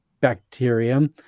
bacterium